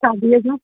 शादीअ जूं